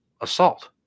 assault